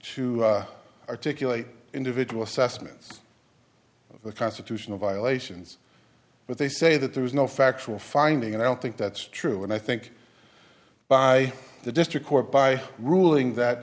to articulate individual assessments of the constitutional violations but they say that there was no factual finding and i don't think that's true and i think by the district court by ruling that